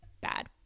bad